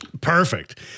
Perfect